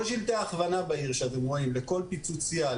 כל שלטי ההכוונה שאתם רואים בעיר לכל פיצוציה,